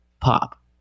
Pop